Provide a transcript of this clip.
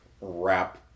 wrap